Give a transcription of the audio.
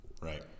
Right